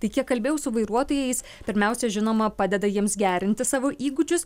tai kiek kalbėjau su vairuotojais pirmiausia žinoma padeda jiems gerinti savo įgūdžius